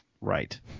right